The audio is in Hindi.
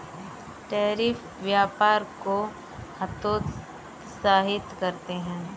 टैरिफ व्यापार को हतोत्साहित करते हैं